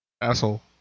Asshole